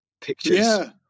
pictures